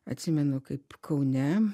atsimenu kaip kaune